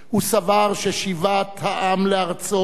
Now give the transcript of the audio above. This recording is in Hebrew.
הוא סבר ששיבת העם לארצו,